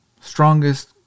strongest